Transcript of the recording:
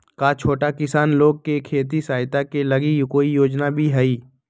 का छोटा किसान लोग के खेती सहायता के लगी कोई योजना भी हई?